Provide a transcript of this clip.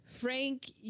Frank